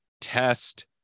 test